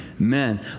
Amen